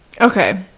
Okay